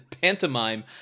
pantomime